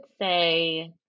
say